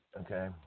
okay